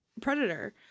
predator